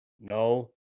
No